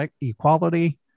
equality